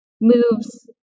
moves